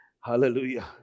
Hallelujah